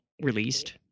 released